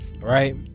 Right